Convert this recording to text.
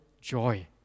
joy